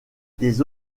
des